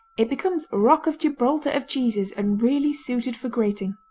it becomes rock of gibraltar of cheeses and really suited for grating.